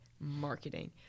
marketing